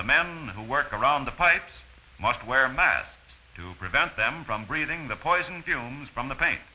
the men who work around the pipes must wear a mask to prevent them from breathing the poison fumes from the pain